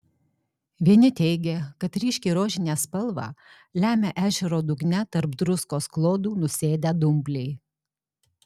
vieni teigė kad ryškiai rožinę spalvą lemia ežero dugne tarp druskos klodų nusėdę dumbliai